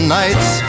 nights